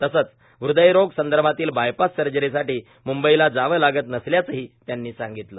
तसंच हृदयरोग संदर्भातील बायपास सर्जरीसाठी म्ंबईला जावं लागत नसल्याचंही त्यांनी सांगितलं